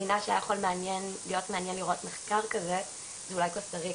מדינה שהיה יכול להיות מעניין לראות מחקר כזה היא אולי קוסטה-ריקה,